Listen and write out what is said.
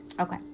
Okay